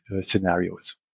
scenarios